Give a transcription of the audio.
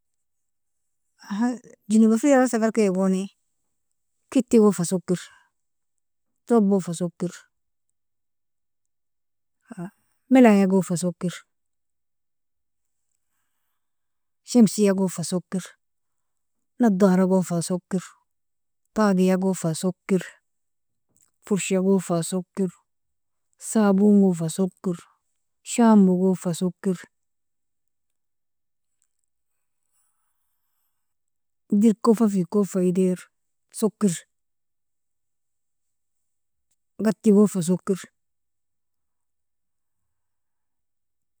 Ahan جنوب افريقيا lak sferkaigoni, kittigon fa sokir, tobon fa sokir, melayagon fa sokir, shemsiagon fa sokir, nadaragon fa sokir, tagyagon fa sokir, furshagon fa sokir, sabongon fa sokir, shambogon fa sokir, dirikoffa fikon fa ideri, sokir gatigon fa sokir.